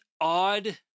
odd